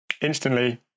instantly